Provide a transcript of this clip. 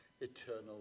eternal